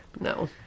No